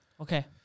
Okay